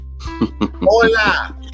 Hola